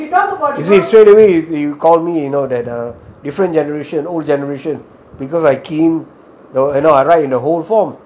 you see straightaway you call me you know that ugh different generation old generation because I key in I write in the whole form